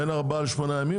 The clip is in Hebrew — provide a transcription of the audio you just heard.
בין ארבעה לשמונה ימים,